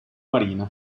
marina